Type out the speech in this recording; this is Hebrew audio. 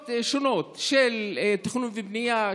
ברשויות שונות של תכנון ובנייה,